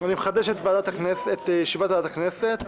אני מחדש את ישיבת ועדת הכנסת.